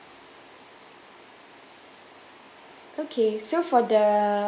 okay so for the